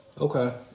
Okay